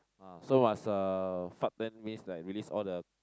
ah so must uh fart then means like release all the